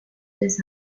des